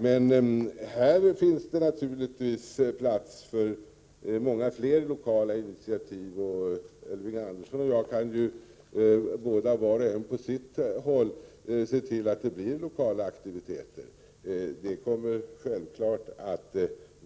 Men det finns naturligtvis plats för många fler lokala initiativ, och Elving Andersson och jag kan var och en på sitt håll se till att det blir mer lokala aktiviteter. Det kommer självfallet att